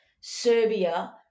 Serbia